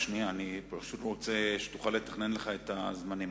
אני רוצה שתוכל לתכנן לך את הזמנים.